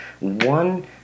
one